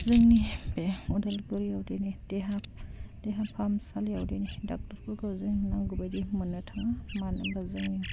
जोंनि बे अदालगुरियाव दिनै देहा देहा फाहामसालियाव दिनैसिम डाक्टरफोरखौ जोंनो नांगौ बायदि मोननो थाङा मानो होनबा जोंनि